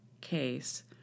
case